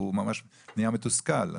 הוא ממש נהיה מתוסכל,